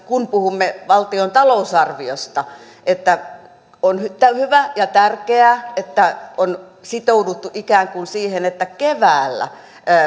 kun puhumme valtion talousarviosta että on hyvä ja tärkeää että on sitouduttu ikään kuin siihen että keväällä